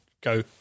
go